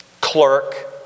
clerk